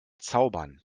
zaubern